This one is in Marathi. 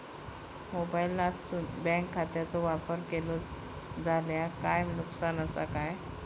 मोबाईलातसून बँक खात्याचो वापर केलो जाल्या काय नुकसान असा काय?